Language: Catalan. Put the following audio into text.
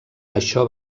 això